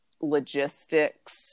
logistics